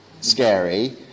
scary